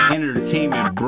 Entertainment